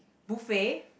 buffet